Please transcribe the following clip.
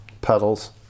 pedals